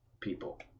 people